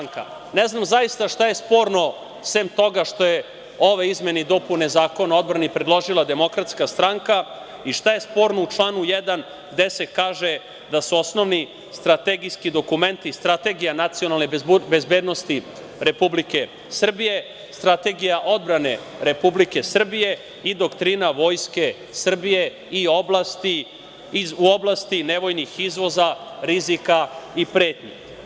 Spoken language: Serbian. Ne znam zaista šta je sporno sem toga što je ove izmene i dopune Zakona o odbrani predložila DS i šta je sporno u članu 1. gde se kaže da su osnovni strategijski dokumenti i Strategija nacionalne bezbednosti Republike Srbije, Strategija odbrane Republike Srbije i Doktrina Vojske Srbije u oblasti nevojnih izvoza, rizika i pretnji.